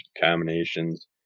combinations